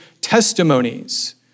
testimonies